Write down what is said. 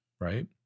right